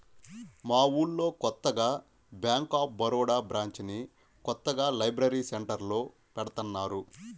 మా ఊళ్ళో కొత్తగా బ్యేంక్ ఆఫ్ బరోడా బ్రాంచిని కొత్తగా లైబ్రరీ సెంటర్లో పెడతన్నారు